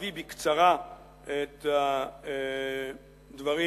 אביא בקצרה את הדברים